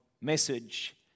message